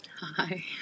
Hi